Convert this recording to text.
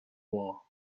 war